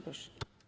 Proszę.